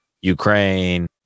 Ukraine